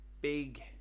big